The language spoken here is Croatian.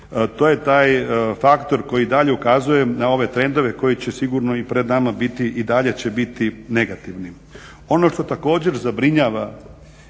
To je taj faktor koji dalje ukazuje na ove trendove koji će sigurno i pred nama biti i dalje će biti negativni. Ono što također zabrinjava